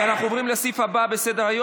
אנחנו עוברים לסעיף הבא בסדר-היום,